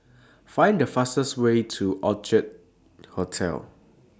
Find The fastest Way to Orchid Hotel